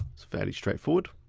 it's fairly straightforward.